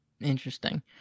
Interesting